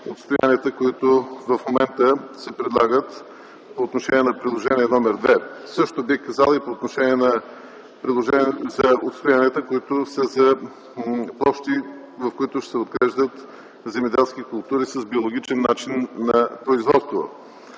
отстоянията, които в момента се предлагат по отношение на Приложение № 2, а също бих казал и по отношение на отстоянията, които са общи, в които се отглеждат земеделски култури с биологичен начин на производство.